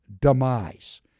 demise